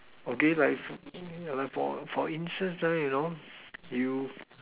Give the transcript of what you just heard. okay like like for for instance ah you know you